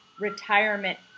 retirement